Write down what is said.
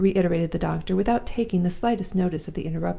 reiterated the doctor, without taking the slightest notice of the interruption,